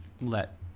let